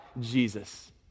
Jesus